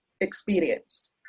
experienced